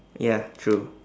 ya true